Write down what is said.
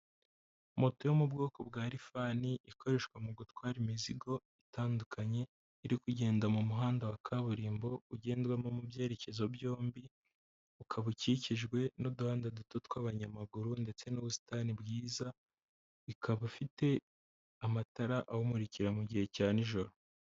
Moto yo mu bwoko bwa rifani ikoreshwa mu gutwara imizigo itandukanye, iri kugenda mu muhanda wa kaburimbo ugendwamo mu byerekezo byombi, ukaba ukikijwe n'uduhanda duto tw'abanyamaguru ndetse n'ubusitani bwiza, ikaba ufite amatara awumurikira mu gihe cya nijoro.